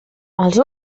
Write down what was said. els